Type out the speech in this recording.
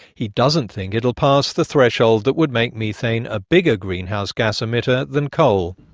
he doesn't think it will pass the threshold that would make methane a bigger greenhouse gas emitter than coal.